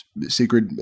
secret